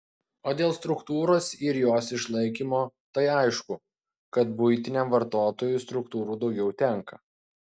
o dėl struktūros ir jos išlaikymo tai aišku kad buitiniam vartotojui struktūrų daugiau tenka